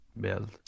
build